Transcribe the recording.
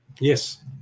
Yes